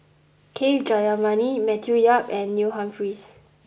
K Jayamani Matthew Yap and Neil Humphreys